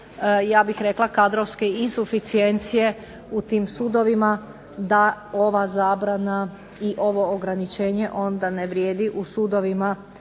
ja bih rekla kadrovske i suficijencije u tim sudovima da ova zabrana i ovo ograničenje onda ne vrijedi u sudovima